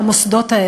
והמוסדות,